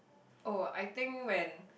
oh I think when